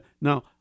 Now